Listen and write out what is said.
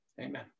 Amen